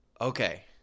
okay